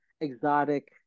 exotic